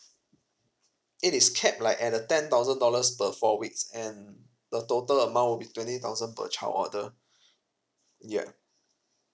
it is cap like at a ten thousand dollars per four weeks and the total amount will be twenty thousand per child order ya